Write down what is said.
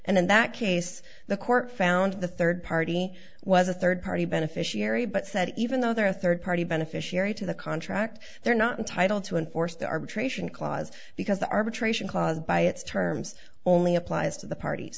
and in that case the court found the third party was a third party beneficiary but said even though they're a third party beneficiary to the contract they're not entitled to enforce the arbitration clause because the arbitration clause by its terms only applies to the parties